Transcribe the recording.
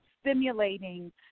stimulating